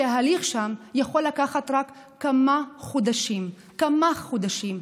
שההליך שם יכול לקחת רק כמה חודשים, כמה חודשים.